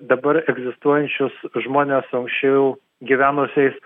dabar egzistuojančius žmones su anksčiau gyvenusiais